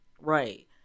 Right